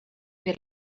per